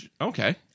okay